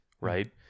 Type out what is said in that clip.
Right